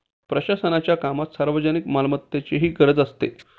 प्रशासनाच्या कामात सार्वजनिक मालमत्तेचीही गरज असते